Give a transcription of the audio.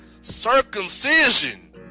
circumcision